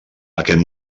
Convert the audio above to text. aquest